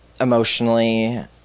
Emotionally